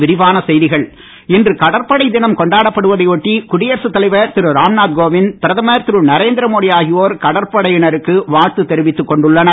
கடற்படை இன்று கடற்படை தினம் கொண்டாடப்படுவதை ஒட்டி குடியரசு தலைவர் திரு ராம்நாத் கோவிந்த் பிரதமர் திரு நரேந்திரமோடி ஆகியோர் கடற்படையினருக்கு வாழ்த்து தெரிவித்துக் கொண்டுள்ளனர்